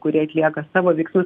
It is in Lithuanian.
kuri atlieka savo veiksmus